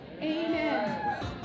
Amen